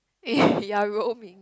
eh you are roaming